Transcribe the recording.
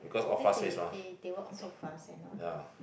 then they they they walk so fast and all that